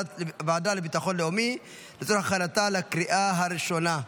בוועדה לביטחון לאומי לצורך הכנתה לקריאה הראשונה.